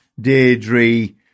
Deirdre